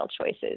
choices